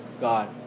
God